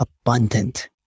abundant